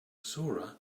zora